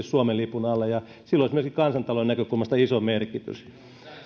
suomen lipun alla ja sillä olisi myöskin kansantalouden näkökulmasta iso merkitys